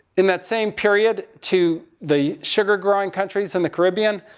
in that same period, to the sugar growing countries in the caribbean.